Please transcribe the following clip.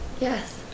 Yes